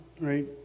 right